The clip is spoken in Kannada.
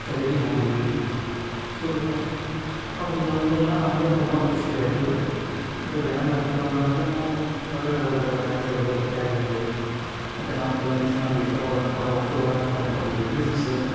ಖರೀದಿ ಮಾಡಿದ್ವಿ ಸೊ ಅವರುಗಳಿಂದೆಲ್ಲ ನಮಗೆ ತುಂಬ ಖುಷಿಯಾಯಿತು ಮತ್ತೆ ದೈನಂದಿನ ವಸ್ತುಗಳಂತ ಅಂದ್ರೆ ನಾವು ಹೊರಗಡೆ ಹೋದಾಗ ಬ್ಯಾಗ್ಸ್ ಆಗಿರ್ಬೋದು ಬಟ್ಟೆ ಆಗಿರ್ಬೋದು ಮತ್ತೆ ನಾವು ಕೆಲವೊಂದಿಷ್ಟು ನಮಗೆ ಇಷ್ಟವಾದಂತಹ ವಸ್ತುಗಳನ್ನ ಕೊಂಡು ಕೊಂಡ್ವಿ ಗಿಫ್ಟ್ಸ